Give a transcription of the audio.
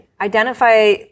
identify